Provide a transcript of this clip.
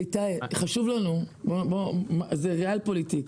איתי, זה ריאל פוליטיק.